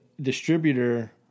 distributor